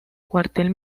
cuartel